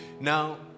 now